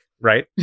right